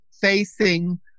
facing